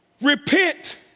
Repent